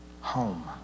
Home